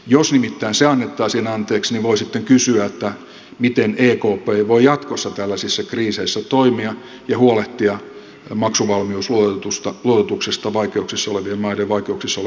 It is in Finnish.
jos nimittäin se annettaisiin anteeksi niin voi sitten kysyä miten ekp voi jatkossa tällaisissa kriiseissä toimia ja huolehtia maksuvalmiusluototuksesta vaikeuksissa olevien maiden vaikeuksissa oleville pankeille